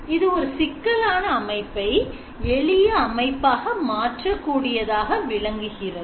இது ஒரு சிக்கலான அமைப்பை எளிய அமைப்பாக மாற்று கூடியதாக விளங்குகிறது